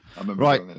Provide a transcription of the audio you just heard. Right